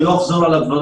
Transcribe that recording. אני לא אחזור על הדברים,